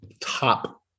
top